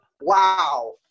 wow